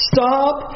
Stop